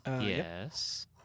Yes